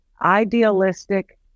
idealistic